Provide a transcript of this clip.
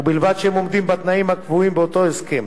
ובלבד שהם עומדים בתנאים הקבועים באותו הסכם.